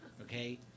okay